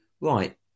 right